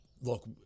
look